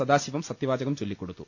സദാശിവം സത്യവാചകം ചൊല്ലിക്കൊടുത്തു